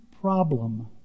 problem